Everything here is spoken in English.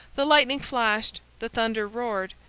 the lightning flashed, the thunder roared,